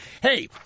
Hey